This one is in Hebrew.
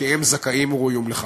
כי הם זכאים וראויים לכך.